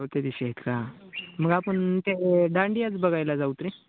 हो त्या दिवशीेच का मग आपण ते दांडीयाच बघायला जाऊत रे